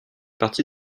partie